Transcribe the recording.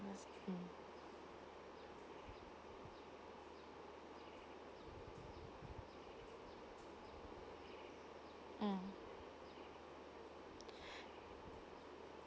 nursing mm